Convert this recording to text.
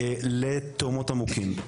לתהומות עמוקים.